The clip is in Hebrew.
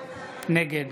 נגד